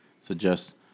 suggest